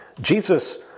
Jesus